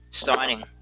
Starting